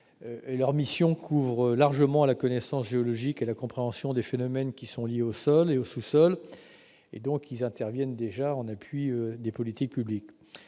Leurs missions couvrent largement la connaissance géologique et la compréhension des phénomènes liés au sol et au sous-sol. Ces entités interviennent en appui des politiques publiques.